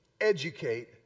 educate